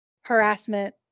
harassment